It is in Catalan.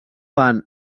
van